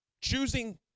Choosing